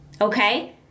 okay